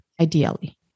ideally